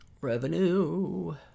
revenue